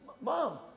Mom